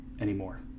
anymore